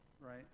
right